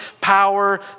power